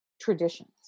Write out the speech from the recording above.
traditions